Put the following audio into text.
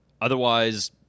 Otherwise